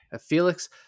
Felix